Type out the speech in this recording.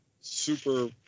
super